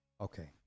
Okay